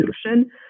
solution